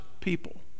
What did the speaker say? people